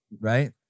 right